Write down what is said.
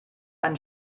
ein